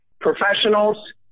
professionals